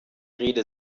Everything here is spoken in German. rede